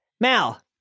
Mal